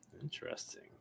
Interesting